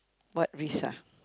what risk ah